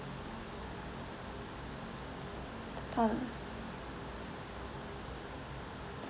po~ polic~